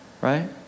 right